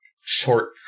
short